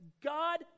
God